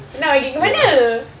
nak migrate pergi mana